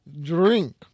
drink